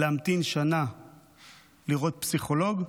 להמתין שנה לראות פסיכולוג?